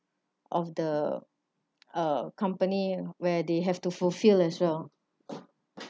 of the uh company where they have to fulfil as well